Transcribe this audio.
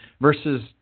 versus